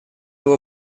его